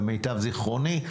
למיטב זיכרוני,